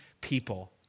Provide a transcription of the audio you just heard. people